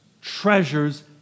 treasures